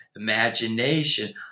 imagination